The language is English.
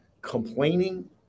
Complaining